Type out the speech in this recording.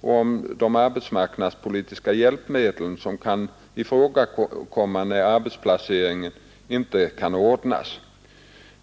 och om de arbetsmarknadspolitiska hjälpmedel som kan ifrågakomma när arbetsplacering inte kan ordnas.